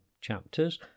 chapters